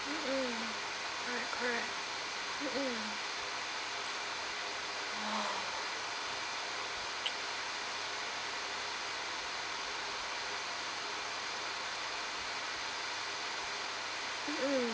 mm correct correct mm mm oh mm mm